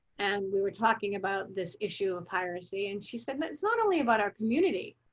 and we were talking about this issue of piracy and she said that it's not only about our community.